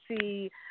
see